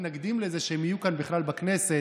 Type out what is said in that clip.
שאולי תעשה את עבודתה וקצת,